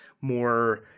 more